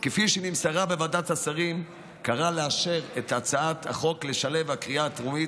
כפי שנמסרה בוועדת השרים קראה לאשר את הצעות החוק לשלב הקריאה טרומית,